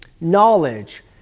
knowledge